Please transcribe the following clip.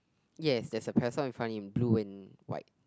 yes there is a person in front in blue and white